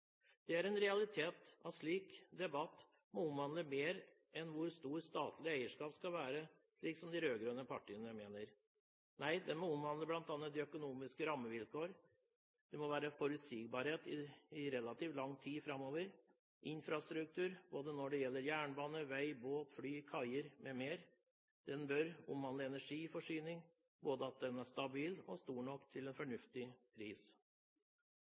Det er en realitet at en slik debatt må omhandle mer enn hvor stor statlig eierskap skal være, slik som de rød-grønne partiene mener. Den må omhandle bl.a. økonomiske rammevilkår, det må være forutsigbarhet i relativt lang tid framover, infrastruktur når det gjelder både jernbane, vei, båt, fly og kaier m.m. og den bør omhandle energiforsyning – at den er både stabil og stor nok til en fornuftig pris.